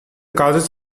causes